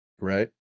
right